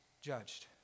judged